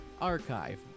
archive